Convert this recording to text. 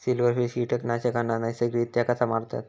Silverfish कीटकांना नैसर्गिकरित्या कसा मारतत?